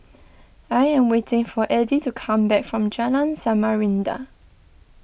I am waiting for Eddie to come back from Jalan Samarinda